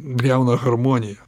griauna harmoniją